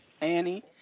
Annie